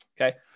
Okay